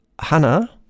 Hannah